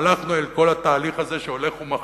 הלכנו אל כל התהליך הזה, שהולך ומחשיך.